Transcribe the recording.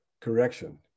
correction